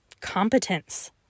competence